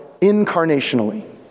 incarnationally